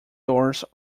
doors